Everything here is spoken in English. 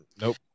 Nope